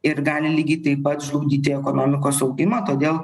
ir gali lygiai taip pat žlugdyti ekonomikos augimą todėl